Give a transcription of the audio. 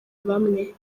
bamwe